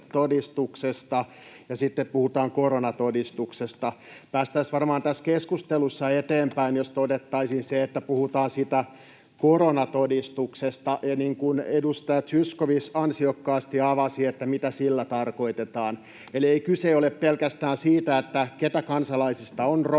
ja sitten puhutaan koronatodistuksesta. Päästäisiin varmaan tässä keskustelussa eteenpäin, jos todettaisiin se, että puhutaan siitä koronatodistuksesta, ja edustaja Zyskowicz ansiokkaasti avasi, mitä sillä tarkoitetaan. Eli ei kyse ole pelkästään siitä, ketkä kansalaisista on rokotettu,